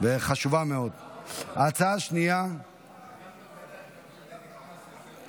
חוה אתי עטייה ויונתן מישרקי,